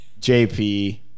jp